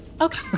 Okay